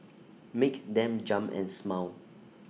make them jump and smile